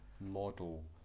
model